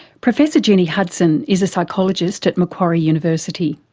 professor jennie hudson is a psychologist at macquarie university.